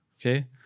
Okay